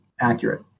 accurate